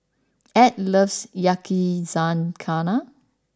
Add loves Yakizakana